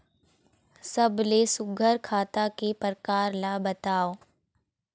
सबले सुघ्घर खाता के प्रकार ला बताव?